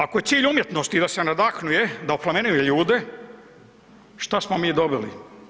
Ako je cilj umjetnosti da se nadahnjuje, da oplemenjuje ljude, šta smo mi dobili?